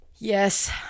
Yes